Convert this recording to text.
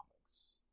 comics